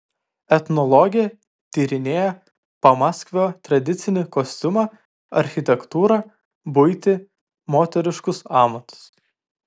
etnologė tyrinėja pamaskvio tradicinį kostiumą architektūrą buitį moteriškus amatus